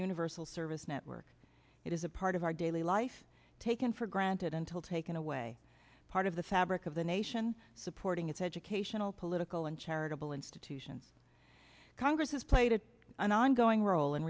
universal service network it is a part of our daily life taken for granted until taken away part of the fabric of the nation supporting its educational political and charitable institutions congress has played an ongoing rol